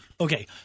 Okay